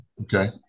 okay